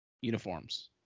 uniforms